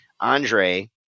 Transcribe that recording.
Andre